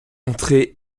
entrer